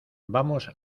vamos